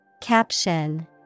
Caption